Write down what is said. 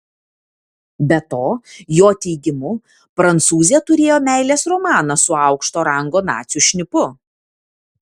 be to jo teigimu prancūzė turėjo meilės romaną su aukšto rango nacių šnipu